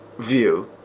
view